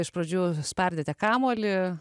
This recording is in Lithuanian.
iš pradžių spardėte kamuolį